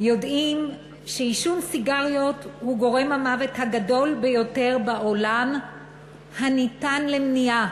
יודעים שעישון סיגריות הוא גורם המוות הגדול ביותר בעולם הניתן למניעה.